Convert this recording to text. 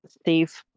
Steve